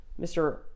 Mr